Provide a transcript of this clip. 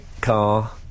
car